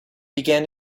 began